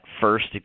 first